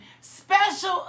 special